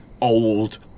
old